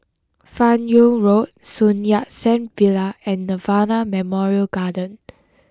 Fan Yoong Road Sun Yat Sen Villa and Nirvana Memorial Garden